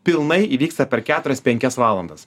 pilnai įvyksta per keturias penkias valandas